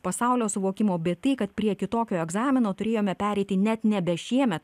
pasaulio suvokimo bet tai kad prie kitokio egzamino turėjome pereiti net nebe šiemet